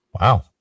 Wow